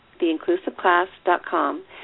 theinclusiveclass.com